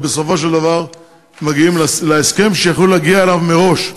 ובסופו של דבר מגיעים להסכם שהיה אפשר להגיע אליו מראש.